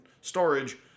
storage